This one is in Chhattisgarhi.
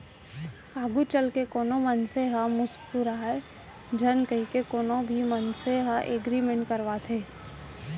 आघू चलके कोनो मनसे ह मूकरय झन कहिके कोनो भी मनसे ह एग्रीमेंट करवाथे